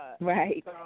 Right